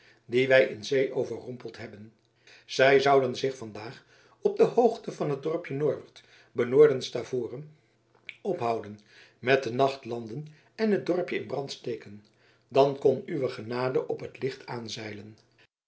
die wij in zee overrompeld hebben zij zouden zich vandaag op de hoogte van het dorpje norwert benoorden stavoren ophouden met den nacht landen en het dorpje in brand steken dan kon uwe genade op het licht aanzeilen